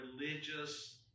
religious